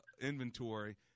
inventory